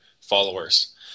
followers